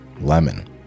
Lemon